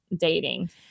dating